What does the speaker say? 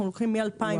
הבעיה.